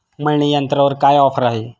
मळणी यंत्रावर काय ऑफर आहे?